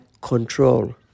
control